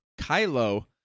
Kylo